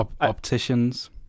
Opticians